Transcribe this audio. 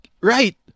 Right